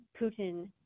putin